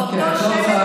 באותו שמן,